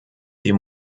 die